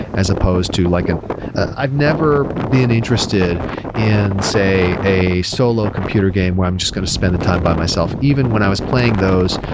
as supposed to like an i've never been interested in, say, a solo computer game where i'm just going to spend the time by myself even when i was playing those,